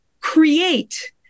create